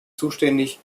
zuständig